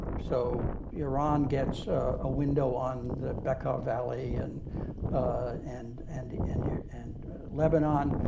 so iran gets a window on the beqaa valley and and and and and lebanon.